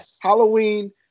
Halloween